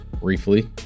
briefly